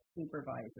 supervisor